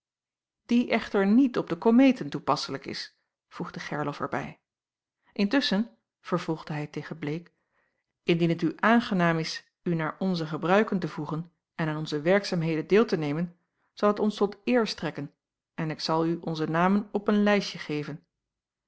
die echter niet op de komeeten toepasselijk is voegde gerlof er bij intusschen vervolgde hij tegen bleek indien het u aangenaam is u naar onze gebruiken te voegen en aan onze werkzaamheden deel te nemen zal het ons tot eer strekken en ik zal u onze namen op een lijstje geven